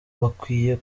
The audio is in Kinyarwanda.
bakwiye